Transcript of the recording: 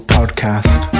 Podcast